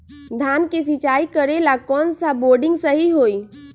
धान के सिचाई करे ला कौन सा बोर्डिंग सही होई?